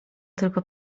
tylko